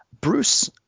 Bruce